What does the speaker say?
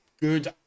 good